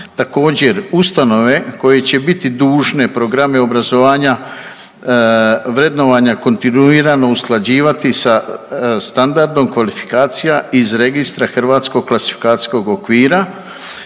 Također ustanove koje će biti dužne programe obrazovanja vrednovanja kontinuirano usklađivati sa standardom kvalifikacija iz Registra HKO-a čime će se u potpunosti